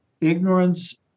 Ignorance